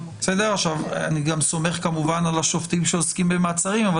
אני כמובן סומך על השופטים שעוסקים במעצרים אבל